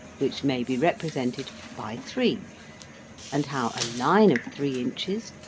which may be represented by three and how a line of three inches,